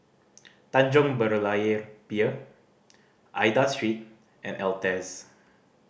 Tanjong Berlayer Pier Aida Street and Altez